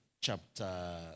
chapter